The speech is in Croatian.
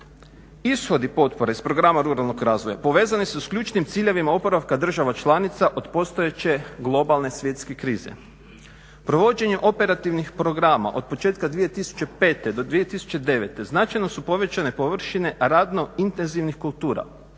ishod i potpore iz programa ruralnog razvoja. Povezane su s ključnim ciljevima oporavka država članica od postojeće globalne svjetske krize. Provođenje operativnih programa od početka 2005. do 2009. značajno su povećane površine, radno intenzivnih kultura,